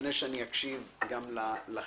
לפני שאני אקשיב גם לכם,